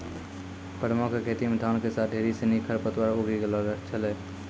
परमा कॅ खेतो मॅ धान के साथॅ ढेर सिनि खर पतवार उगी गेलो छेलै